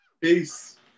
peace